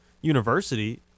university –